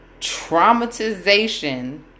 traumatization